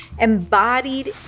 embodied